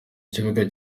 kibuga